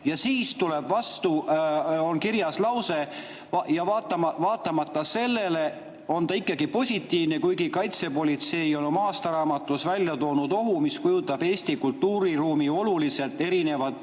ja siis on kirjas lause, et vaatamata sellele on ta ikkagi positiivne, kuigi kaitsepolitsei on oma aastaraamatus välja toonud ohu, mis kujutab Eesti kultuuriruumis oluliselt erineva